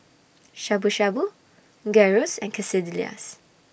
Shabu Shabu Gyros and Quesadillas